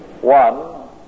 One